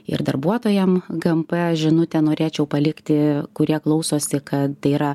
ir darbuotojam gmp žinutę norėčiau palikti kurie klausosi kad tai yra